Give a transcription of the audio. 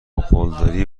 قلدری